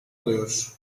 oluyor